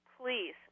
please